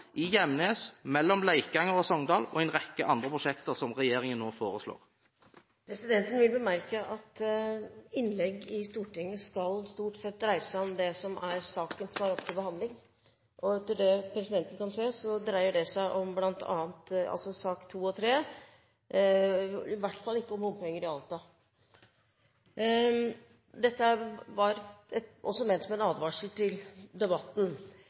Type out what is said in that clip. i Gjemnes, mellom Leikanger og Sogndal og en rekke andre prosjekter som regjeringen når foreslår. Presidenten vil bemerke at innlegg i Stortinget skal stort sett dreie seg om den saken som er oppe til behandling. Etter det presidenten kan se, dreier sakene nr. 2 og 3 seg i hvert fall ikke om bompenger i Alta. Dette er ment som en advarsel i debatten.